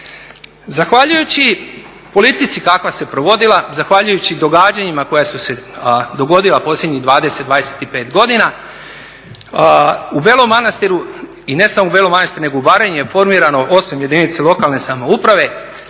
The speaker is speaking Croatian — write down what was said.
Zahvaljujući politici kakva se provodila, zahvaljujući događanjima koja su se dogodila posljednjih 20, 25 godina u Belom Manastiru, i ne samo u Belom Manastiru nego u Baranji je formirano 8 jedinica lokalne samouprave